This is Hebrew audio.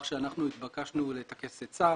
שאנחנו נתבקשנו לטקס עצה